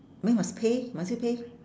then must pay must you pay